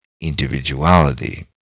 individuality